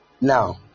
Now